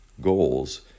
goals